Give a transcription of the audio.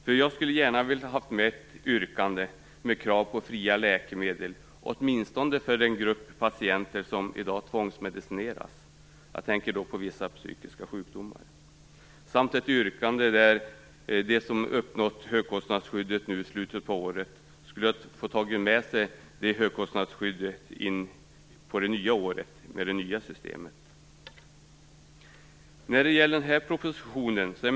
Jag skulle nämligen gärna vilja ha haft med ett yrkande med krav på fria läkemedel åtminstone för den grupp patienter som i dag tvångsmedicineras. Jag tänker på vissa psykiska sjukdomar. Jag skulle också vilja ha haft med ett yrkande om att de som uppnår högkostnadsskyddet nu i slutet av året skall få ta med sig skyddet in på det nya året och i det nya systemet.